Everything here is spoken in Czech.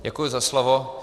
Děkuji za slovo.